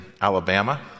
Alabama